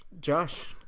Josh